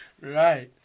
Right